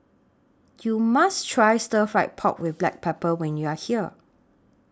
YOU must Try Stir Fried Pork with Black Pepper when YOU Are here